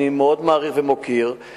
אני מאוד מעריך ומוקיר,